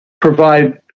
provide